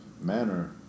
manner